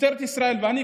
משטרת ישראל ואני,